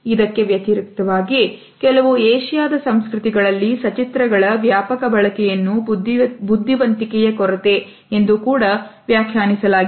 ಇದಕ್ಕೆ ವ್ಯತಿರಿಕ್ತವಾಗಿ ಕೆಲವು ಏಷ್ಯಾದ ಸಂಸ್ಕೃತಿಗಳಲ್ಲಿ ಸಚಿತ್ರ ಗಳ ವ್ಯಾಪಕ ಬಳಕೆಯನ್ನು ಬುದ್ಧಿವಂತಿಕೆಯ ಕೊರತೆ ಎಂದೂ ಕೂಡಾ ವ್ಯಾಖ್ಯಾನಿಸಲಾಗಿದೆ